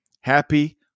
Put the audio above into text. happy